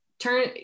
Turn